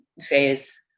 phase